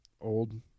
Old